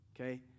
Okay